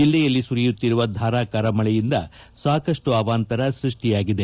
ಜಲ್ಲೆಯಲ್ಲಿ ಸುರಿಯುತ್ತಿರುವ ಧಾರಕಾರ ಮಳೆಯಿಂದ ಸಾಕಷ್ನು ಅವಾಂತರ ಸೃಷ್ಷಿಯಾಗಿದೆ